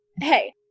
hey